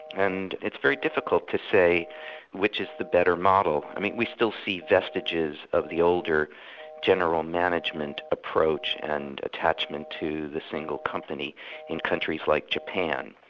and it's very difficult to say which is the better model. we still see vestiges of the older general management approach and attachment to the single company in countries like japan,